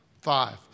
Five